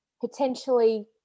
potentially